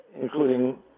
including